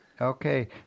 Okay